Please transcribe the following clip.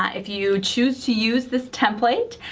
ah if you choose to use this template,